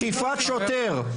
תקיפת שוטר,